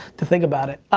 to think about it.